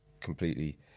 completely